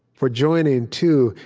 for joining, too,